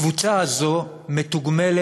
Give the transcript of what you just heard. הקבוצה הזאת מתוגמלת,